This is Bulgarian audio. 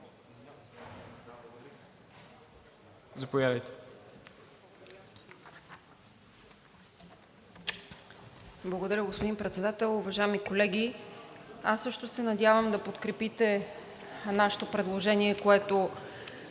(ГЕРБ-СДС): Благодаря, господин Председател. Уважаеми колеги! Аз също се надявам да подкрепите нашето предложение, което